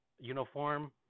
uniform